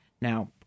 Now